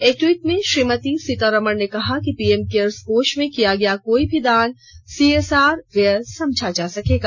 एक ट्वीट में श्रीमती सीतारमण ने कहा कि पीएम केयर्स कोष में किया गया कोई भी दान सीएसआर व्यय समझा जा सकेगा